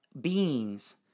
beings